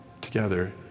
together